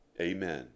Amen